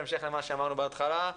בהמשך למה שאמרנו בהתחלה.